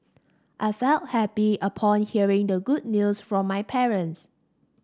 I felt happy upon hearing the good news from my parents